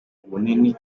ubunini